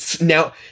now